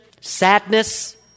sadness